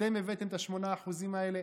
אתם הבאתם את 8% האלה?